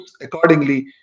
accordingly